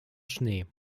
schnee